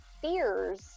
fears